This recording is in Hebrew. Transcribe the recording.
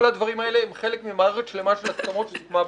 הדברים האלה הם חלק ממערכת שלמה של הסכמות שסוכמה בכנסת.